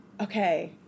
Okay